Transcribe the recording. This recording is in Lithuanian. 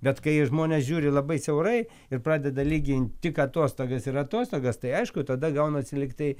bet kai žmonės žiūri labai siaurai ir pradeda lygint tik atostogas ir atostogas tai aišku tada gaunasi lyg tai